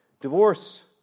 Divorce